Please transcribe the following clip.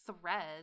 threads